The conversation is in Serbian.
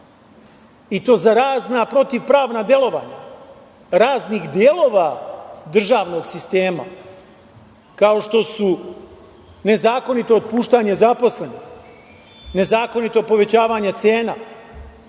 i to za razna protivpravna delovanja raznih delova državnog sistema, kao što su nezakonito otpuštanje zaposlenih, nezakonito povećavanje cena,